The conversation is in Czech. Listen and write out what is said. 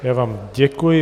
Já vám děkuji.